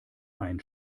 ein